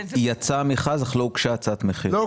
יצא המכרז, אך לא הוגשה הצעת מחיר.